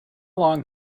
long